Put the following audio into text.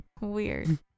weird